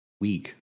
week